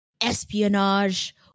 espionage